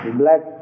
black